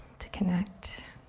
to connect.